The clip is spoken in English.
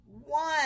one